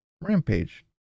Rampage